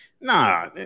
nah